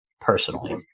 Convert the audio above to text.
personally